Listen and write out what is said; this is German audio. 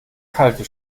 kalte